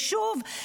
ושוב,